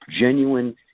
Genuine